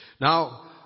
Now